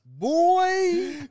Boy